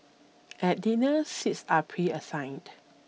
at dinner seats are preassigned